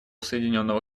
соединенного